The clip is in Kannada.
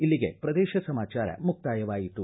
ಇಲ್ಲಿಗೆ ಪ್ರದೇಶ ಸಮಾಚಾರ ಮುಕ್ತಾಯವಾಯಿತು